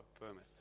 permit